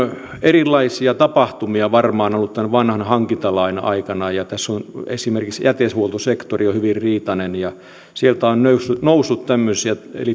erilaisia tapahtumia varmaan ollut tämän vanhan hankintalain aikana tässä esimerkiksi jätehuoltosektori on hyvin riitainen sieltä on noussut noussut tämmöisiä